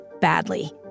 badly